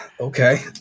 Okay